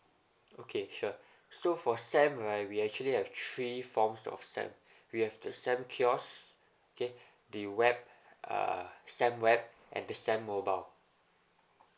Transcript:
okay sure so for S_A_M right we actually have three forms of S_A_M we have the S_A_M kiosk okay the web uh S_A_M web and the S_A_M mobile